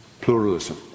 pluralism